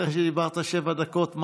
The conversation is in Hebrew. אחרי שדיברת שבע דקות,